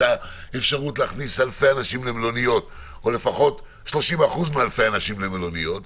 האפשרות להכניס אלפי אנשים למלוניות או לפחות 30% מאלפי האנשים למלוניות,